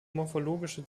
morphologische